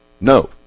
No